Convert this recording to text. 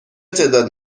تعداد